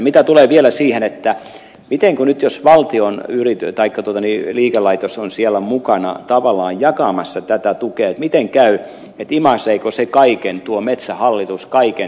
mitä tulee vielä siihen miten käy jos valtion liikelaitos on siellä mukana tavallaan jakamassa tätä tukea imaiseeko metsähallitus kaiken tämän tuen